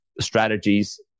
strategies